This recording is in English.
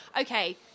okay